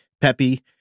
peppy